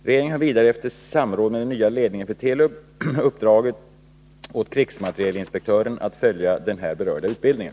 Regeringen har vidare efter samråd med den nya ledningen för Telub uppdragit åt krigsmaterielinspektören att följa den här berörda utbildningen.